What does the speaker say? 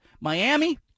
Miami